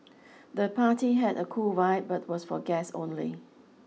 the party had a cool vibe but was for guests only